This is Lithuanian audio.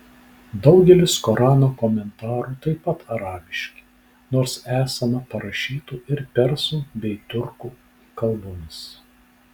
daugelis korano komentarų taip pat arabiški nors esama parašytų ir persų bei tiurkų kalbomis